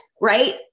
right